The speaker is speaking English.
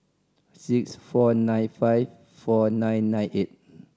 six four nine five four nine nine eight